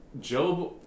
Job